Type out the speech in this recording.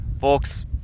folks